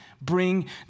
bring